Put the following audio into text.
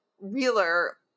realer